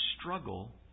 struggle